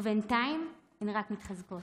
ובינתיים, הן רק מתחזקות.